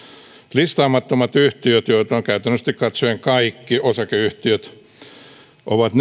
listaamattomat yhtiöt joita ovat käytännöllisti katsoen kaikki osakeyhtiöt ovat